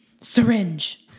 syringe